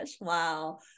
Wow